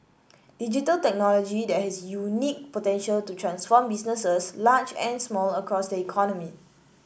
digital technology has unique potential to transform businesses large and small across the economy